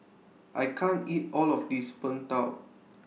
I can't eat All of This Png Tao